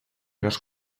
los